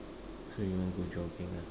so you want go jogging ah